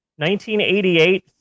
1988